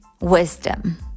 wisdom